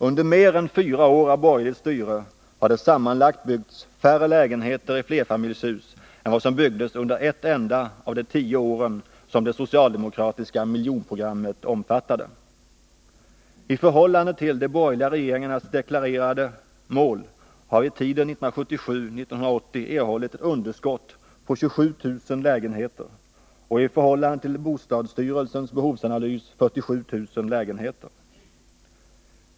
Under mer än fyra år av borgerligt styre har det sammanlagt byggts färre lägenheter i flerfamiljshus än som byggdes under ett enda av de tio år som det socialdemokratiska miljonprogrammet omfattade. I förhållande till de borgerliga regeringarnas deklarerade mål har vi under tiden 1977-1980 erhållit ett underskott på 27 000 lägenheter och i förhållande till bostadsstyrelsens behovsanalys 47 000 lägenheter.